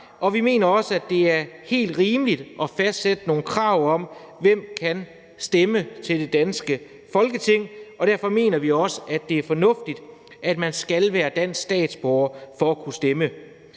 og vi mener også, at det er helt rimeligt at fastsætte nogle krav om, hvem der kan stemme til det danske Folketing, og derfor mener vi også, at det er fornuftigt, at man skal være dansk statsborger for at kunne stemme.